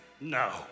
No